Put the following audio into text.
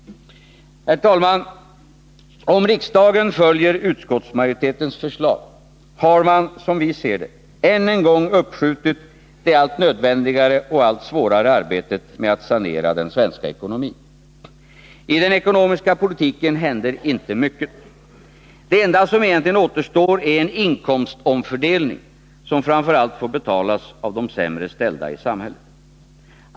Herr talman! Om riksdagen följer utskottsmajoritetens förslag, har man än en gång uppskjutit det allt nödvändigare och allt svårare arbetet med att sanera den svenska ekonomin. I den ekonomiska politiken händer inte mycket. Det enda som egentligen återstår är en inkomstomfördelning, som framför allt får betalas av de sämre ställda i samhället.